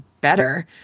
better